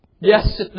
Yes